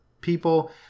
people